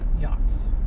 yachts